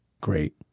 great